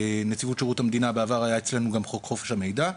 נציבות שירות המדינה בעבר היה אצלנו גם חוק חופש המידע.